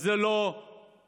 אז זו לא סיבה